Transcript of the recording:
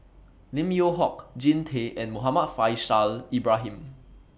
Lim Yew Hock Jean Tay and Muhammad Faishal Ibrahim